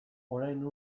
orain